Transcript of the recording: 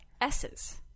S's